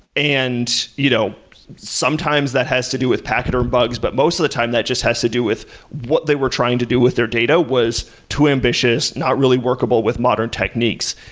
and you know sometimes that has to do with pachyderm bugs, but most of the time that just has to do with what they were trying to do with their data was too ambitious, not really workable with modern techniques.